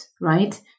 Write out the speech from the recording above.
right